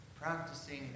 practicing